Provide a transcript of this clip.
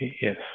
Yes